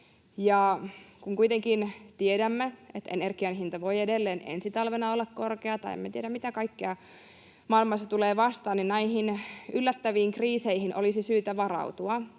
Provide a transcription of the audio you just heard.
Kun kuitenkin tiedämme, että energian hinta voi edelleen ensi talvena olla korkea, ja emme tiedä, mitä kaikkea maailmassa tulee vastaan, niin näihin yllättäviin kriiseihin olisi syytä varautua.